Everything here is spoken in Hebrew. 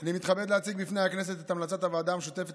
אני מתכבד להציג בפני הכנסת את המלצת הוועדה המשותפת